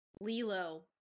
lilo